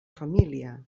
família